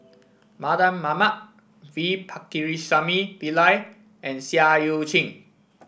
Mardan Mamat V Pakirisamy Pillai and Seah Eu Chin